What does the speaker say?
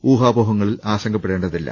ഊഹാപോഹങ്ങളിൽ ആശങ്കപ്പെടേണ്ടതില്ല